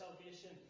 salvation